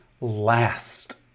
last